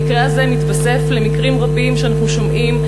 המקרה הזה מתווסף למקרים רבים שאנחנו שומעים,